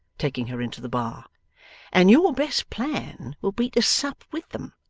taking her into the bar and your best plan will be to sup with them.